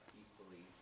equally